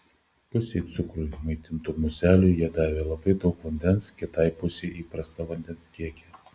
pusei cukrumi maitintų muselių jie davė labai daug vandens kitai pusei įprastą vandens kiekį